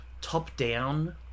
top-down